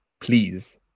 Please